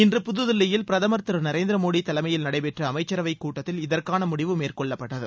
இன்று புதுதில்லியில் பிரதமர் திரு நரேந்திர மோடி தலைமையில் நடைபெற்ற அமைச்சரவை கூட்டத்தில் இதற்கான முடிவு மேற்கொள்ளப்பட்டது